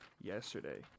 yesterday